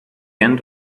end